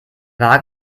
wagen